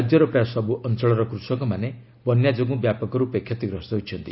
ରାଜ୍ୟର ପ୍ରାୟ ସବୁ ଅଞ୍ଚଳର କୃଷକମାନେ ବନ୍ୟା ଯୋଗୁଁ ବ୍ୟାପକ ରୂପେ କ୍ଷତିଗ୍ରସ୍ତ ହୋଇଛନ୍ତି